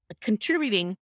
contributing